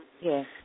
Yes